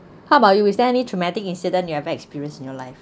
how about you is there any traumatic incident you have experience in your life